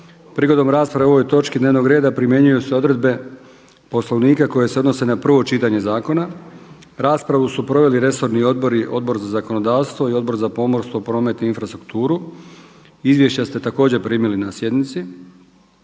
Prigodom rasprave o ovoj točki dnevnog reda primjenjuju se odredbe Poslovnika koje se odnose na prvo čitanje zakona. Raspravu su proveli resorni odbori Odbor za zakonodavstvo i Odbor za pomorstvo, promet i infrastrukturu. Izvješća ste također primili na sjednici.